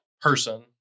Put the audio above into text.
person